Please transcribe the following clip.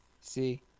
See